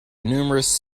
numerous